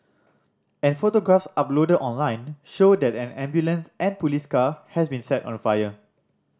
and photographs uploaded online show that an ambulance and police car has been set on fire